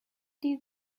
did